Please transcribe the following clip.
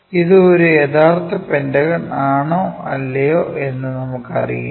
ഇത് ഒരു യഥാർത്ഥ പെന്റഗൺ ആണോ അല്ലയോ എന്ന് നമുക്ക് അറിയില്ല